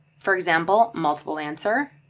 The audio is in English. for example, multiple answer,